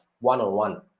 one-on-one